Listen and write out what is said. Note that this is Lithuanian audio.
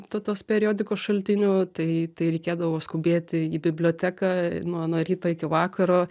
to tos periodikos šaltinių tai tai reikėdavo skubėti į biblioteką nuo nuo ryto iki vakaro